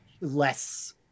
less